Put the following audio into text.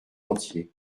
entier